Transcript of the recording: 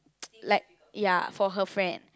like ya for her friend